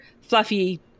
fluffy